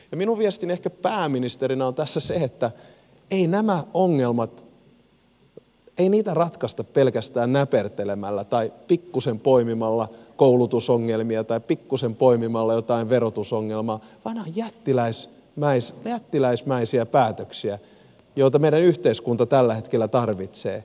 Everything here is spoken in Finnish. minun viestini ehkä pääministerinä on tässä se että ei näitä ongelmia ratkaista pelkästään näpertelemällä tai pikkusen poimimalla koulutusongelmia tai pikkusen poimimalla jotain verotusongelmaa vaan nämä ovat jättiläismäisiä päätöksiä joita meidän yhteiskuntamme tällä hetkellä tarvitsee